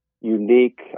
unique